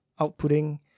outputting